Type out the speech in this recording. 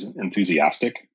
enthusiastic